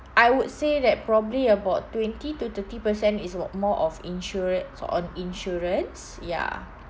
I would say that probably about twenty to thirty percent is about more of insurats~ on insurance ya